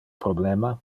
problema